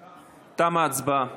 רבותיי,